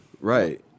Right